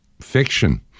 fiction